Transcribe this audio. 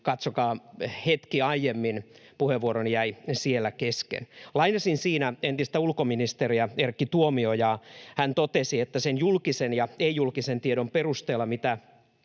katsokaa hetki aiemmin — puheenvuoroni jäi siellä kesken. Lainasin siinä entistä ulkoministeriä Erkki Tuomiojaa. Hän totesi, että ”sen julkisen ja ei-julkisen tiedon perusteella, mitä